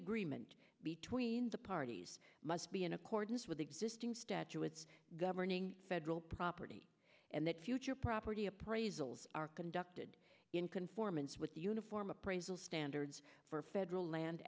agreement between the parties must be in accordance with existing statutes governing federal property and that future property appraisals are conducted in conformance with the uniform appraisal standards for federal land